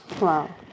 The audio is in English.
Wow